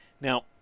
Now